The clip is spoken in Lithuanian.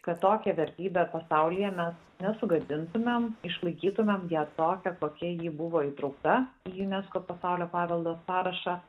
kad tokią vertybę pasaulyje mes nesugadintumėm išlaikytumėm ją tokią kokia ji buvo įtraukta į unesco pasaulio paveldo sąrašą